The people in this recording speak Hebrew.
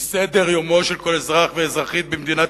כי סדר-יומם של כל אזרח ואזרחית במדינת